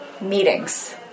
Meetings